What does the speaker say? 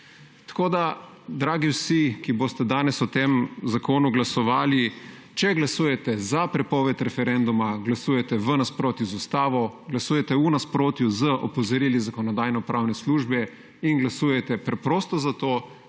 Tako da, dragi vsi, ki boste danes o tem zakonu glasovali. Če glasujete za prepoved referenduma, glasujete v nasprotju z Ustavo, glasujete v nasprotju z opozorili Zakonodajno-pravne službe in glasujete preprosto zato,